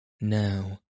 Now